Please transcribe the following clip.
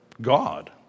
God